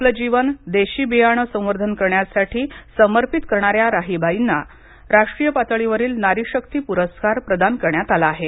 आपलं जीवन देशी बियाणे संवर्धन करण्यासाठी समर्पित करणाऱ्या राहीबाईना राष्ट्रीय पातळीवरील नारीशक्ती पुरस्कार प्रदान करण्यात आला आहे